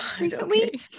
recently